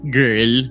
girl